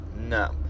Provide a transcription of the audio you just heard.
no